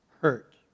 hurt